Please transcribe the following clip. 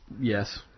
Yes